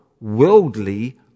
worldly